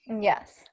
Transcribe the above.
Yes